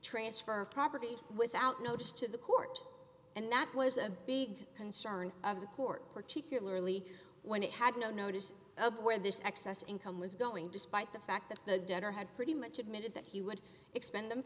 transfer of property without notice to the court and that was a big concern of the court particularly when it had no notice of where this excess income was going despite the fact that the debtor had pretty much admitted that he would expend them